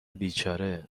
بیچاره